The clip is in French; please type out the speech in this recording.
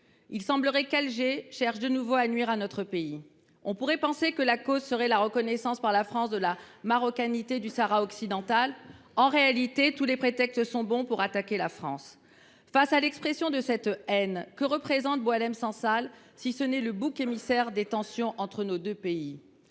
Il semblerait qu’Alger cherche de nouveau à nuire à notre pays. On pourrait penser que la cause en est la reconnaissance par la France de la marocanité du Sahara occidental, mais, en réalité, tous les prétextes sont bons pour attaquer la France. Face à l’expression de cette haine, qui est Boualem Sansal, si ce n’est le bouc émissaire des tensions entre nos deux pays ?